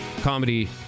comedy